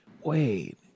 wait